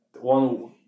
one